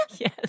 Yes